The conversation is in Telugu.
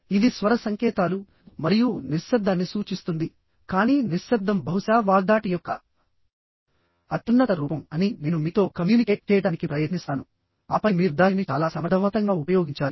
ఇది స్వర సంకేతాలు మరియు నిశ్శబ్దాన్ని సూచిస్తుందికానీ నిశ్శబ్దం బహుశా వాగ్ధాటి యొక్క అత్యున్నత రూపం అని నేను మీతో కమ్యూనికేట్ చేయడానికి ప్రయత్నిస్తానుఆపై మీరు దానిని చాలా సమర్థవంతంగా ఉపయోగించాలి